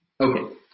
Okay